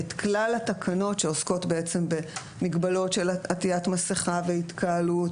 את כלל התקנות שעוסקות בעצם במגבלות של עטיית מסכה והתקהלות,